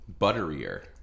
butterier